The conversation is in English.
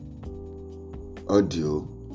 audio